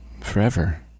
forever